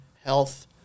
health